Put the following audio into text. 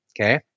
okay